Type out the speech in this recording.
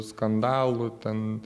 skandalų ten